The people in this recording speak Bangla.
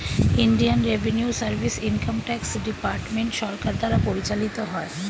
Indian revenue service income tax department সরকার দ্বারা পরিচালিত হয়